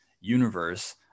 universe